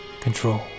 Control